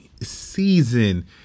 season